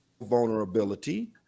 vulnerability